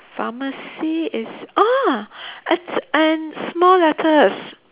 pharmacy is ah it's in small letters